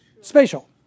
Spatial